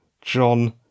John